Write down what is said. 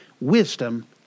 wisdom